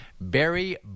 Barry